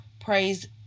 praise